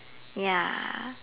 ya